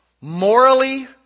morally